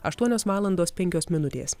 aštuonios valandos penkios minutės